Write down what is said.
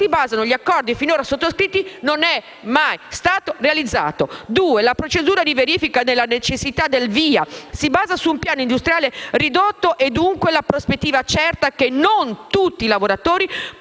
basano tutti gli accordi finora sottoscritti, non è mai stato realizzato. In secondo luogo, la procedura di verifica della necessità del VIA si basa su un piano industriale ridotto e, dunque, vi è la prospettiva certa che non tutti i lavoratori